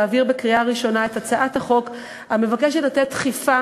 להעביר בקריאה ראשונה את הצעת החוק המבקשת לתת דחיפה